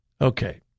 Okay